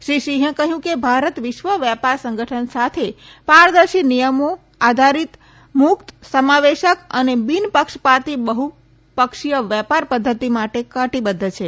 શ્રી સિંહ કહ્યું કે ભારત વિશ્વ વેપાર સંગઠન સાથે પારદર્શી નિયમો આધારિત મુક્ત સમાવેશક અને બિનપક્ષપાતી બહ્પક્ષીય વેપાર પદ્વતિ માટે કટીબદ્વ છે